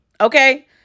Okay